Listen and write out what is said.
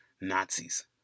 Nazis